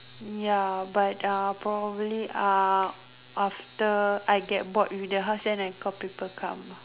ya but uh probably uh after I get bored with the house then I call people come